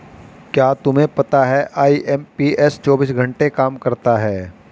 क्या तुम्हें पता है आई.एम.पी.एस चौबीस घंटे काम करता है